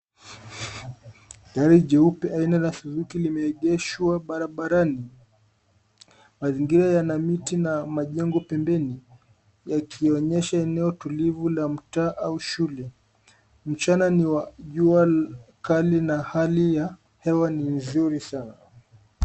Gari jeupe aina la zuzuki limeegeshwa barabarani. Mazingira yana miti na majengo pempeni yakionyesha eneo tulivu la mtaa au shule mjana ni wa jua kali na hali ya hewa ni nzuri sana.